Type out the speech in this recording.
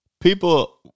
people